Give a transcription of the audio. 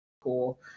cool